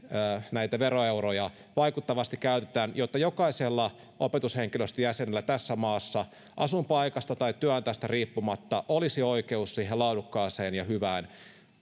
näitä veroeuroja vaikuttavasti käytetään jotta jokaisella opetushenkilöstön jäsenellä tässä maassa asuinpaikasta tai työnantajasta riippumatta olisi oikeus siihen laadukkaaseen ja hyvään